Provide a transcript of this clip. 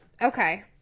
Okay